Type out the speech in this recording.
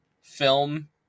film